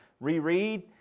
reread